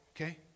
okay